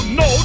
no